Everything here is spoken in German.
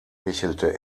hechelte